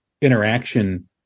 interaction